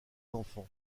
enfants